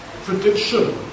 prediction